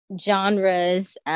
genres